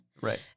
Right